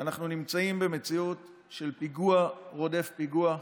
שאנחנו נמצאים במציאות של פיגוע רודף פיגוע.